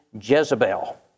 Jezebel